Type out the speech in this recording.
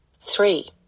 Three